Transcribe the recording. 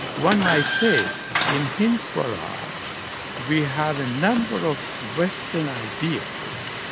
one might say in hind swaraj we have a number of western ideas,